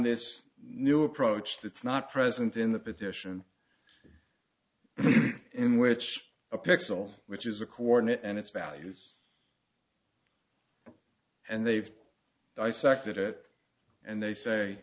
this new approach that's not present in the petition in which a pixel which is a coordinate and its values and they've dissected it and they say